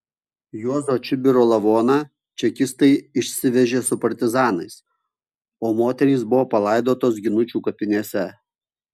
juozo čibiro lavoną čekistai išsivežė su partizanais o moterys buvo palaidotos ginučių kapinėse